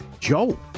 Joe